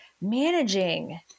managing